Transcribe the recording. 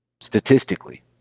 Statistically